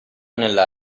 nella